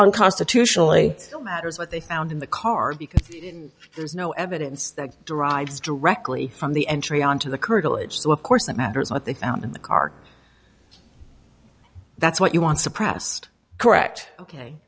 unconstitutionally matters what they found in the car because there's no evidence that derives directly from the entry onto the curtilage so of course it matters what they found in the car that's what you want suppressed correct ok